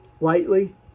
lightly